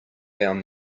down